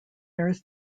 earth